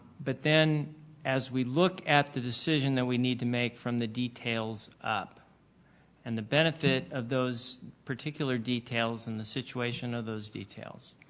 but then as we looked at the decision that we need to make from the details up and the benefit of those particular details and the situation of those details,